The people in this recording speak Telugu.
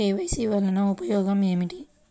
కే.వై.సి వలన ఉపయోగం ఏమిటీ?